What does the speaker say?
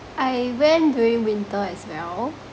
I went during winter as well